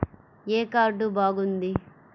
ఏ card బాగుంది?